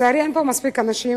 לצערי אין פה מספיק אנשים,